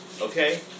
Okay